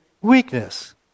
weakness